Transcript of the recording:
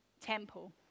temple